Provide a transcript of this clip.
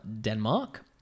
Denmark